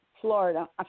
Florida